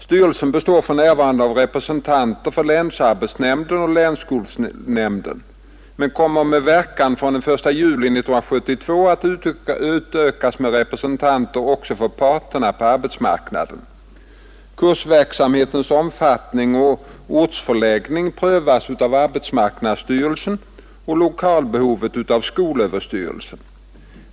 Styrelsen består för närvarande av representanter för länsarbetsnämnden och länsskolnämnden men kommer med verkan fr.o.m. den I juli 1972 att utökas med representanter också för parterna på arbetsmarknaden. Kursverksamhetens omfattning och ortsförläggning prövas av arbetsmarknadsstyrelsen och lokalbehovet av skolöverstyrelsen.